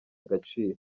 agaciro